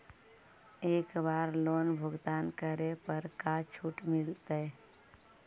एक बार लोन भुगतान करे पर का छुट मिल तइ?